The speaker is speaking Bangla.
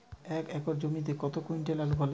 এক একর জমিতে কত কুইন্টাল আলু ফলে?